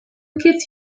gets